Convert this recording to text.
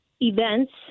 events